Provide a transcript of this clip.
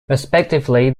respectively